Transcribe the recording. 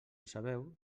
sabeu